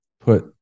put